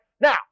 Now